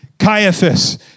Caiaphas